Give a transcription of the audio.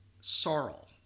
Sorrel